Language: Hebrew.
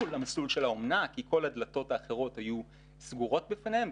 למסלול של האומנה כי כל הדלתות האחרות היו סגורות בפניהם,